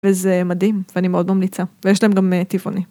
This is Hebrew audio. וזה מדהים ואני מאוד ממליצה ויש להם גם טבעוני.